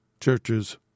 Churches